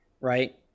right